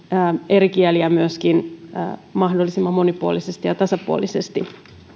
eri kieliä mahdollisimman monipuolisesti ja tasapuolisesti